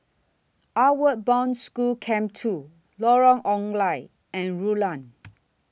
Outward Bound School Camp two Lorong Ong Lye and Rulang